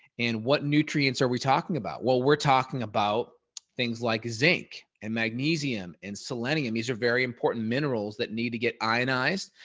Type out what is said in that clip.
and what nutrients are we talking about? well, we're talking about things like zinc and magnesium and selenium. these are very important minerals that need to get ionized.